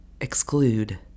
exclude